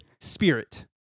Spirit